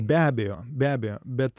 be abejo be abejo bet